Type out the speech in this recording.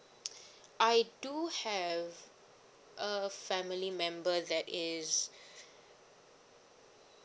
I do have a family member that is